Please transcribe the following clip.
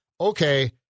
Okay